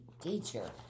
Teacher